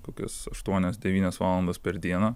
kokias aštuonias devynias valandas per dieną